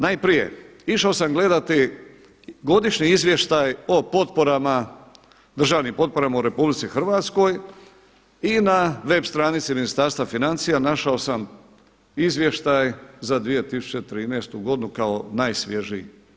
Najprije, išao sam gledati godišnji izvještaj o državnim potporama u RH i na web stranici Ministarstva financija našao sam izvještaj za 2013. godinu kao najsvježiji.